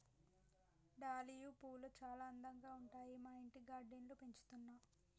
dahlia పూలు చాల అందంగా ఉంటాయి మా ఇంటి గార్డెన్ లో పెంచుతున్నా